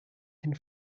den